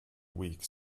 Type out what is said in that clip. weak